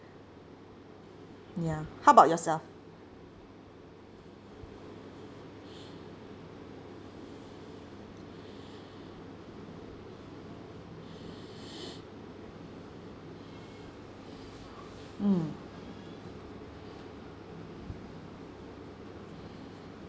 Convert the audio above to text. ya how about yourself mm